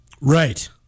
Right